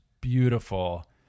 beautiful